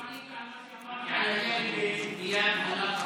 לא ענית על מה שאמרתי על העניין של איאד,